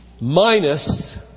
minus